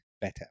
better